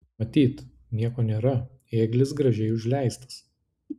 matyt nieko nėra ėglis gražiai užleistas